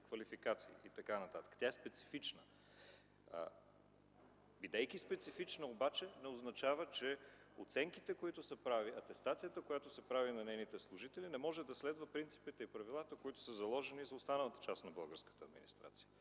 квалификации и така нататък. Тя е специфична. Бидейки специфична обаче, не означава, че оценките, които се правят, атестацията, която се прави на нейните служители, не може да следва принципите и правилата, които са заложени за останалата част на българската администрация,